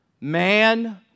Man